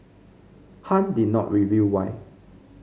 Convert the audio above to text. Han did not reveal why